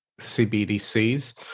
cbdc's